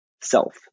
self